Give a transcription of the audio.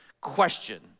question